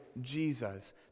Jesus